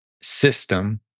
system